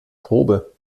probe